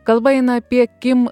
kalba eina apie kim